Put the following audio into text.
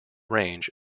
range